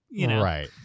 Right